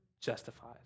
justifies